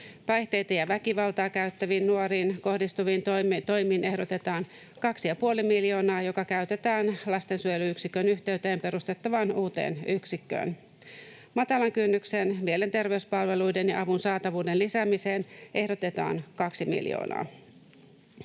Päihteitä ja väkivaltaa käyttäviin nuoriin kohdistuviin toimiin ehdotetaan 2,5 miljoonaa, joka käytetään lastensuojeluyksikön yhteyteen perustettavaan uuteen yksikköön. Matalan kynnyksen mielenterveyspalveluiden ja avun saatavuuden lisäämiseen ehdotetaan 2 miljoonaa.